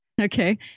Okay